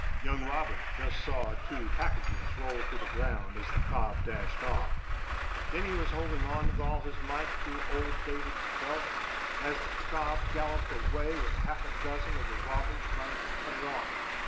young robin just saw two packages roll to the ground as the cob dashed off then he was holding on with all his might to old david's belt as the cob galloped away with half-a-dozen of the robbers trying to cut it off.